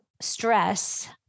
stress